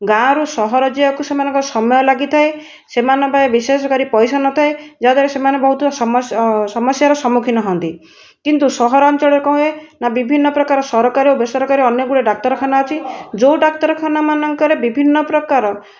ଗାଁରୁ ସହର ଯିବାକୁ ସେମାନଙ୍କୁ ସମୟ ଲାଗିଥାଏ ସେମାନଙ୍କ ପାଖରେ ବିଶେଷ କରି ପଇସା ନଥାଏ ଯାହାଦ୍ୱାରା ସେମାନେ ବହୁତ ସମସ୍ୟାର ସମ୍ମୁଖୀନ ହୁଅନ୍ତି କିନ୍ତୁ ସହରାଞ୍ଚଳରେ କଣ ହୁଏ ନା ବିଭିନ୍ନ ପ୍ରକାର ସରକାରୀ ଓ ବେସରକାରୀ ଅନେକ ଗୁଡ଼ିଏ ଡାକ୍ତରଖାନା ଅଛି ଯେଉଁ ଡାକ୍ତରଖାନା ମାନଙ୍କରେ ବିଭିନ୍ନ ପ୍ରକାର